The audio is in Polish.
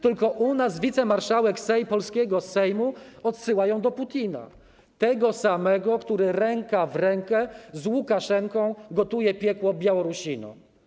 Tylko u nas wicemarszałek polskiego Sejmu odsyła ją do Putina, tego samego, który ręka w rękę z Łukaszenką gotuje piekło Białorusinom.